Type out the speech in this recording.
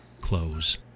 Close